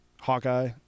hawkeye